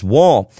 Wall